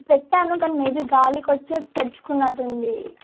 పెట్టాను కానీ మేబి గాలివచ్చి తేర్చుకున్నట్టుంది